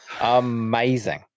Amazing